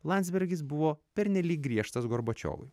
landsbergis buvo pernelyg griežtas gorbačiovui